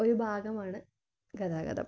ഒരു ഭാഗമാണ് ഗതാഗതം